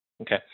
Okay